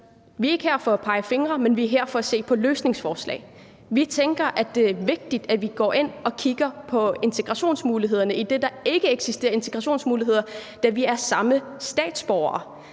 Vi er ikke her for at pege fingre, men vi er her for at se på løsningsforslag. Vi tænker, at det er vigtigt, at vi går ind og kigger på integrationsmulighederne, idet der ikke eksisterer integrationsfunktioner, da vi har samme statsborgerskab